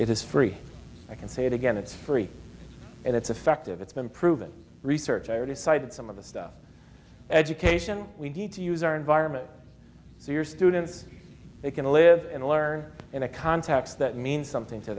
is free i can say it again it's free and it's effective it's been proven research i already cited some of the stuff education we need to use our environment so your students they can live and learn in a context that means something to